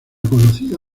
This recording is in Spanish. conocida